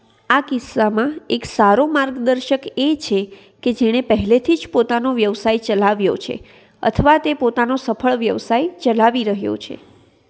આ કિસ્સામાં એક સારો માર્ગદર્શક એ છે કે જેણે પહેલેથી જ પોતાનો વ્યવસાય ચલાવ્યો છે અથવા તે પોતાનો સફળ વ્યવસાય ચલાવી રહ્યો છે